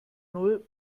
null